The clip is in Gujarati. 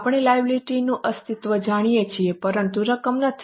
આપણે લાયબિલિટી નું અસ્તિત્વ જાણીએ છીએ પરંતુ રકમ નથી